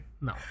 no